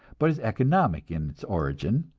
but is economic in its origin,